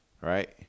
Right